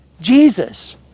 Jesus